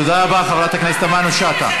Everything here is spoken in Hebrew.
תודה רבה, חברת הכנסת תמנו-שטה.